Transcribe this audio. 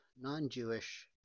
non-Jewish